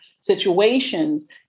situations